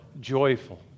joyful